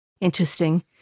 Interesting